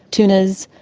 tunas,